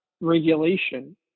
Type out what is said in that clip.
regulation